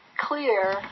clear